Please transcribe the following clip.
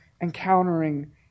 encountering